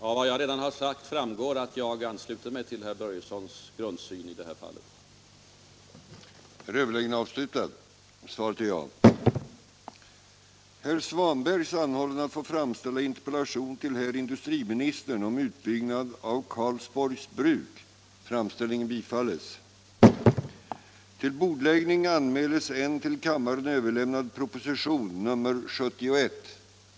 Av vad jag redan har sagt framgår att jag ansluter mig till den grundsyn herr Börjesson i Falköping nu redovisat.